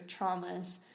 traumas